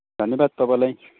धन्यवाद तपाईँलाई